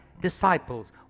disciples